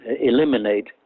eliminate